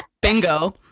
bingo